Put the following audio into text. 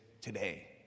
today